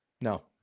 No